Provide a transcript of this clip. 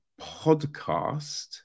podcast